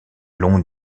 long